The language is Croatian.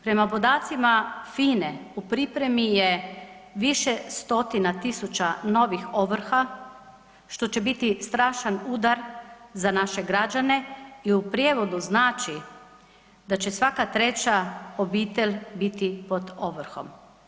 Prema podacima FINA-e u pripremi je više stotina tisuća novih ovrha, što će biti strašan udar za naše građane, i u prijevodu znači da će svaka treća obitelj biti pod ovrhom.